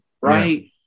right